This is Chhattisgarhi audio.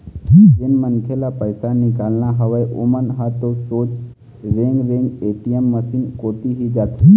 जेन मनखे ल पइसा निकालना हवय ओमन ह तो सोझ रेंगे रेंग ए.टी.एम मसीन कोती ही जाथे